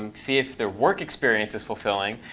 and see if their work experience is fulfilling.